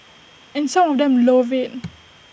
and some of them love IT